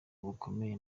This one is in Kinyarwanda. bukomeye